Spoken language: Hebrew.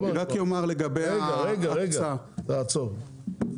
רגע רגע תעצור.